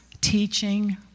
teaching